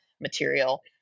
material